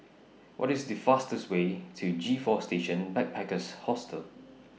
What IS The fastest Way to G four Station Backpackers Hostel